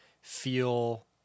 feel